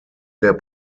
der